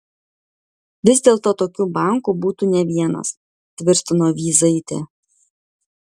vis dėlto tokių bankų būtų ne vienas tvirtino vyzaitė